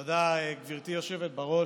תודה, גברתי היושבת-ראש.